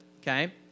Okay